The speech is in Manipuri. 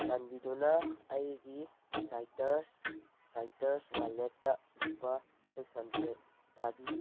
ꯆꯥꯟꯕꯤꯗꯨꯅ ꯑꯩꯒꯤ ꯁꯥꯏꯇꯔꯁ ꯁꯥꯏꯇꯔꯁ ꯋꯥꯂꯦꯠꯇ ꯂꯨꯄꯥ ꯁꯤꯛꯁ ꯍꯟꯗ꯭ꯔꯦꯠ ꯊꯥꯕꯤꯌꯨ